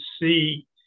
see